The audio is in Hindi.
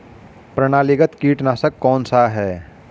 प्रणालीगत कीटनाशक कौन सा है?